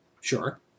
Sure